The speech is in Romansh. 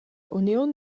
uniun